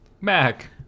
Mac